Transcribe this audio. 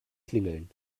klingeln